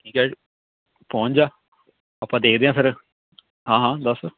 ਠੀਕ ਹੈ ਪਹੁੰਚ ਜਾ ਆਪਾਂ ਦੇਖਦੇ ਹਾਂ ਫਿਰ ਹਾਂ ਹਾਂ ਦੱਸ